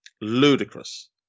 Ludicrous